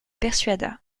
persuada